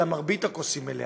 אלא מרבית הכוס היא מלאה.